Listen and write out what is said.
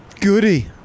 goody